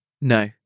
No